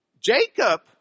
Jacob